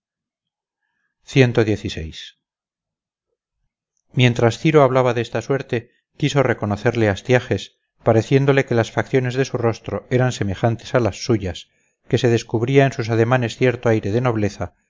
mientras ciro hablaba de esta suerte quiso reconocerle astiages pareciéndole que las facciones de su rostro eran semejantes a las suyas que se descubría en sus ademanes cierto aire de nobleza